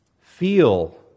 feel